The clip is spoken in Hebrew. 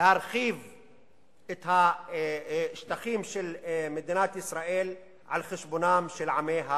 להרחיב את השטחים של מדינת ישראל על חשבונם של עמי האזור.